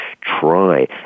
try